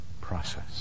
process